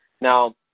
Now